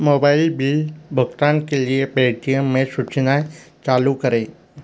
mobile bill भुगतान के लिए पेटीएम में सूचना चालू करे